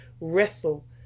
wrestle